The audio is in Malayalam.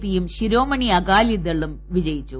പിയും ശിരോമണി അകാലിദളും വിജയിച്ചു